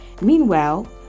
Meanwhile